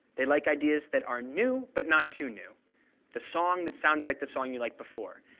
they like ideas that are new, but not too new the song that sounds like the song you liked before,